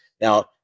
Now